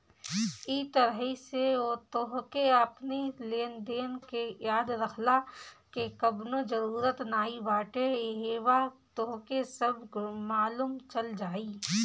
इ तरही से तोहके अपनी लेनदेन के याद रखला के कवनो जरुरत नाइ बाटे इहवा तोहके सब मालुम चल जाई